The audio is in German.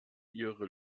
ihre